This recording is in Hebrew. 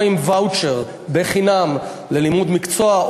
או עם ואוצ'ר ללימוד חינם של מקצוע,